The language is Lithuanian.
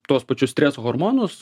tuos pačius streso hormonus